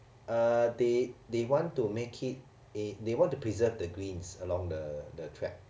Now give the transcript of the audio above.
uh they they want to make it eh they want to preserve the greens along the the track